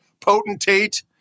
potentate